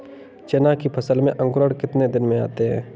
चना की फसल में अंकुरण कितने दिन में आते हैं?